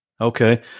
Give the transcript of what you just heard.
Okay